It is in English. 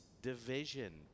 Division